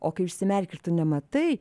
o kai užsimerki ir tu nematai